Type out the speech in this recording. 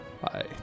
bye